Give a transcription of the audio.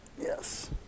yes